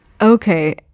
okay